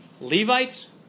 Levites